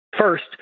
First